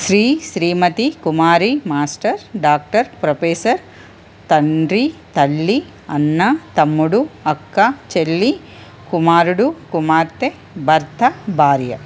Shri Shrimati Kumari master doctor professor తండ్రి తల్లి అన్న తమ్ముడు అక్క చెల్లి కుమారుడు కుమార్తె భర్త భార్య